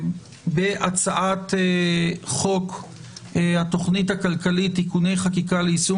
בהצעת חוק התכנית הכלכלית (תיקוני חקיקה ליישום